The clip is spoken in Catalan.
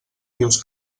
dius